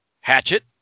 hatchet